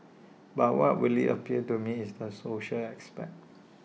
but what really appeals to me is the social aspect